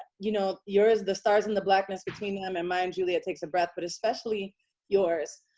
you know, yours, the stars and the blackness between them, and mine, julia takes a breath, but especially yours,